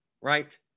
right